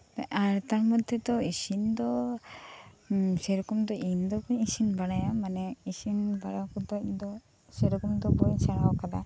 ᱟᱨ ᱛᱟᱨ ᱢᱚᱫᱽᱫᱷᱮ ᱫᱚ ᱤᱥᱤᱱ ᱫᱚ ᱥᱮ ᱨᱚᱠᱚᱢ ᱫᱚ ᱤᱧ ᱫᱚ ᱵᱟᱹᱧ ᱵᱟᱰᱟᱭᱟ ᱢᱟᱱᱮ ᱤᱥᱤᱱ ᱵᱟᱲᱟ ᱠᱟᱛᱮᱫ ᱫᱚ ᱥᱮᱨᱚᱠᱚᱢ ᱫᱚ ᱵᱟᱹᱧ ᱥᱮᱬᱟᱣ ᱠᱟᱫᱟ